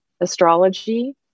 astrology